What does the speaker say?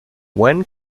when